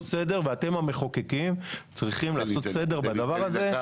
סדר ואתם המחוקקים צריכים לעשות סדר בדבר הזה.